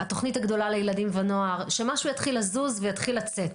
התוכנית הגדולה לילדים ונוער שמשהו יתחיל לזוז ויתחיל לצאת.